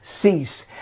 cease